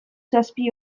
zazpi